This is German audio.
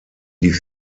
die